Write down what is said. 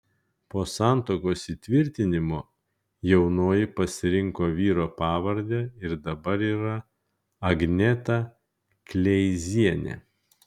po santuokos įtvirtinimo jaunoji pasirinko vyro pavardę ir dabar yra agneta kleizienė